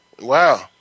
Wow